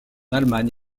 allemagne